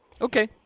Okay